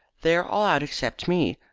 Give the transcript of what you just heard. they are all out except me.